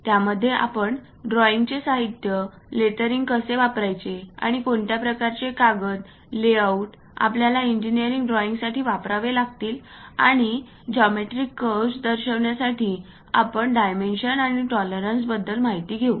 त्यामध्ये आपण ड्रॉईंगचे साहित्य लेटरिंग कसे वापरावे आणि कोणत्या प्रकारचे कागद लेआउट आपल्याला इंजिनिअरिंग ड्रॉइंगसाठी वापरावे लागतील आणि जॉमेट्रिकल कर्वस दर्शवण्यासाठी आपण डायमेन्शन आणि टॉलरन्स बद्दल माहिती घेऊ